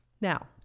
Now